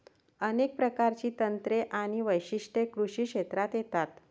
अनेक प्रकारची तंत्रे आणि वैशिष्ट्ये कृषी क्षेत्रात येतात